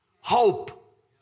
hope